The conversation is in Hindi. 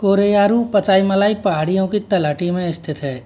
कोरेयारू पचाईमलाई पहाड़ियों की तलहटी में स्थित है